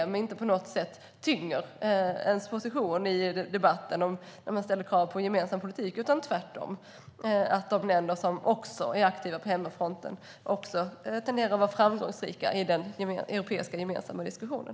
Det tynger inte på något sätt positionen i debatten att man ställer krav på gemensam politik. Länder som är aktiva på hemmafronten tenderar tvärtom att vara framgångsrika också i den gemensamma europeiska diskussionen.